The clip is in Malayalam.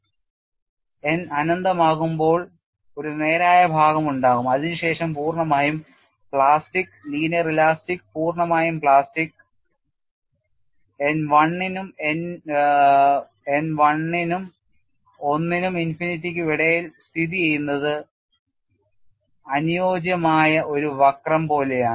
n അനന്തമാകുമ്പോൾഒരു നേരായ ഭാഗം ഉണ്ടാകും അതിനുശേഷം പൂർണ്ണമായും പ്ലാസ്റ്റിക് ലീനിയർ ഇലാസ്റ്റിക് പൂർണ്ണമായും പ്ലാസ്റ്റിക് n 1 നും 1 നും ഇൻഫിനിറ്റിക്ക് ഇടയിൽ സ്ഥിതിചെയ്യുന്നത് അനുയോജ്യമായ ഒരു വക്രം പോലെയാണ്